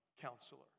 counselor